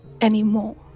anymore